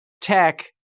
Tech